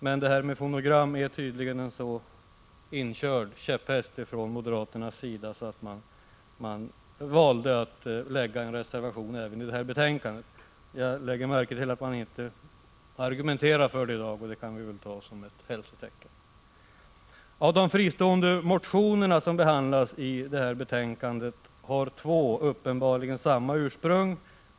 Men detta med fonogram är tydligen en så inkörd käpphäst bland moderaterna att de valde att avge en reservation även i detta betänkande. Jag lägger märke till att moderaterna inte argumenterar för den i dag, och det kan vi ta som ett hälsotecken. Av de fristående motioner som behandlas i det här betänkandet har två uppenbarligen samma ursprung.